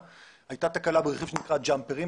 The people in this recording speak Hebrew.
כשהייתה תקלה ברכיב שנקרא ג'אמפרים,